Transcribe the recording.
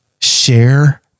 Share